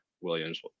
Williams